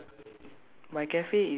so uh